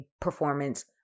performance